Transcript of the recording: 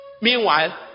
Meanwhile